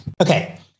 Okay